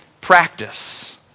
practice